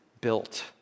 built